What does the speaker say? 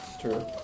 true